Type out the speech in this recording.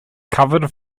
covered